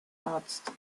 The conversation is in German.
arzt